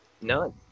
None